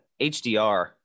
hdr